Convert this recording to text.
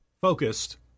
focused